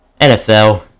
NFL